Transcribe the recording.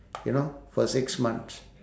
you know for six months